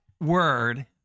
word